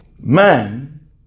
man